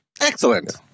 Excellent